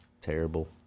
terrible